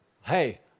hey